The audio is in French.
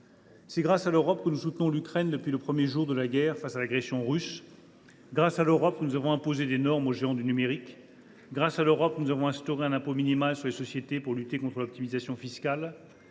C’est grâce à l’Europe que nous soutenons l’Ukraine, depuis le premier jour de la guerre, face à l’agression russe. « C’est grâce à l’Europe que nous avons imposé des normes aux géants du numérique. « C’est grâce à l’Europe que nous avons instauré un impôt minimal sur les sociétés pour lutter contre l’optimisation fiscale.